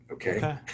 Okay